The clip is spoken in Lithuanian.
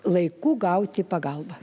laiku gauti pagalbą